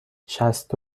شصت